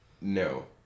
No